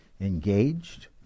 engaged